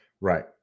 Right